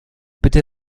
bitte